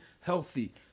healthy